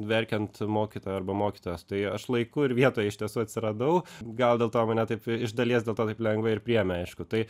verkiant mokytojo arba mokytojos tai aš laiku ir vietoj iš tiesų atsiradau gal dėl to mane taip iš dalies dėl to taip lengvai ir priėmė aišku tai